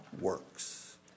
works